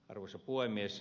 arvoisa puhemies